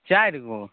चारि गो